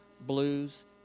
blues